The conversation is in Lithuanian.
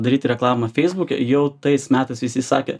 daryti reklamą feisbuke jau tais metais visi sakė